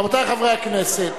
רבותי חברי הכנסת,